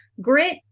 grit